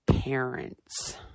parents